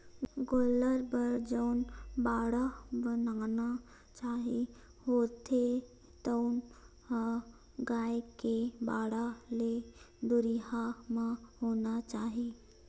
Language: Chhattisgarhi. गोल्लर बर जउन बाड़ा बनाना चाही होथे तउन ह गाय के बाड़ा ले दुरिहा म होना चाही